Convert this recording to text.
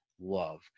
love